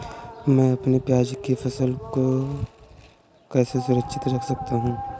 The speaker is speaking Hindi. मैं अपनी प्याज की फसल को कैसे सुरक्षित रख सकता हूँ?